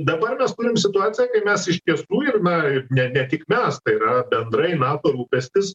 dabar mes turim situaciją kai mes iš tiesų ir na ne ne tik mes tai yra bendrai nato rūpestis